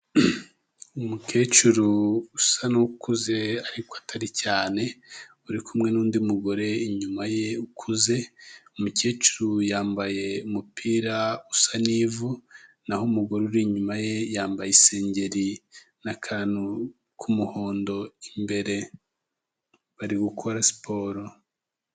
Umukecuru usa n'ukuze, ariko atari cyane, uri kumwe n'undi mugore inyuma ye ukuze, umukecuru yambaye umupira usa n'ivu, naho umugore uri inyuma ye yambaye isengeri, n'akantu k'umuhondo imbere. Bari gukora siporo.